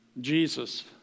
Jesus